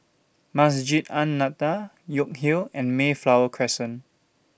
Masjid An Nahdhah York Hill and Mayflower Crescent